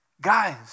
guys